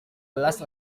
belas